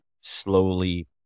slowly